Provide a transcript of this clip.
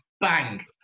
bang